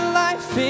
life